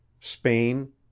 Spain